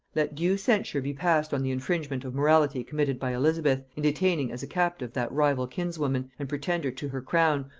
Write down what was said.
let due censure be passed on the infringement of morality committed by elizabeth, in detaining as a captive that rival kinswoman, and pretender to her crown,